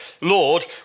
Lord